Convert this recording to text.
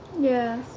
Yes